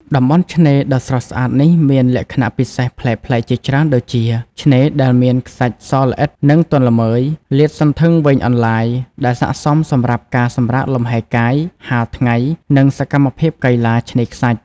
តំបន់ឆ្នេរដ៏ស្រស់ស្អាតនេះមានលក្ខណៈពិសេសប្លែកៗជាច្រើនដូចជា ឆ្នេរដែលមាន ខ្សាច់សល្អិត និងទន់ល្មើយ លាតសន្ធឹងវែងអន្លាយ ដែលស័ក្តិសមសម្រាប់ការសម្រាកលំហែកាយ ហាលថ្ងៃ និងសកម្មភាពកីឡាឆ្នេរខ្សាច់។